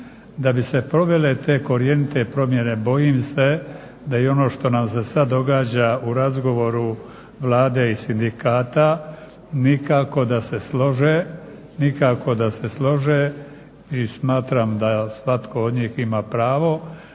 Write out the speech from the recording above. Da bi se provele te korjenite promjene bojim se da i ono što nam se i sad događa u razgovoru Vlade i sindikata nikako da se slože i smatram da svatko od njih ima pravo